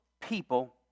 people